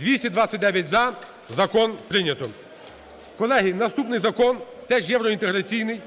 За-229 Закон прийнято. Колеги, наступний закон теж євроінтеграційний.